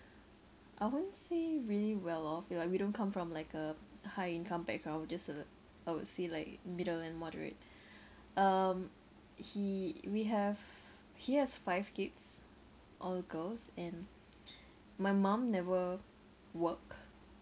I won't say really well-off yeah like we don't come from like a high income background just a I would say like middle and moderate um he we have he has five kids all girls and my mum never work